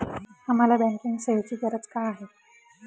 आम्हाला बँकिंग सेवेची गरज का आहे?